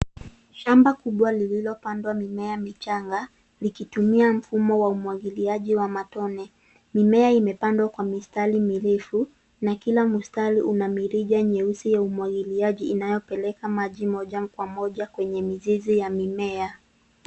Shamba kubwa lililopandwa mimea michanga likitumia mfumo wa umwagiliaji wa matone. Mimea imepandwa kwa mistari mirefu, na kila mstari una mirija nyeusi ya umwagiliaji inayopeleka maji moja kwa moja kwenye mizizi ya mimea.